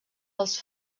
els